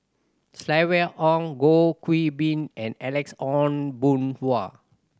Silvia Ong Goh Qiu Bin and Alex Ong Boon Hau